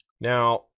Now